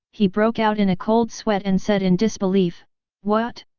he broke out in a cold sweat and said in disbelief what?